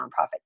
nonprofits